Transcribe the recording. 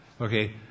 Okay